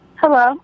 Hello